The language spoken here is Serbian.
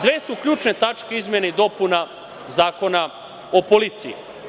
Dve su ključne tačke u izmenama i dopunama Zakona o policiji.